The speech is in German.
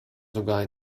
sogar